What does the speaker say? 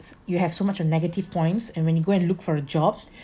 s~ you have so much of negative points and when you go and look for a job